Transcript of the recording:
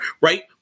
right